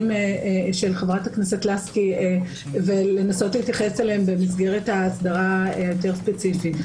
של חברת הכנסת לסקי ולנסות להתייחס אליהם במסגרת הסדרה יותר ספציפית.